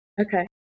Okay